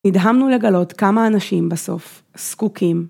נדהמנו לגלות כמה אנשים בסוף, זקוקים.